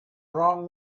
wrong